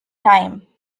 time